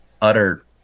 utter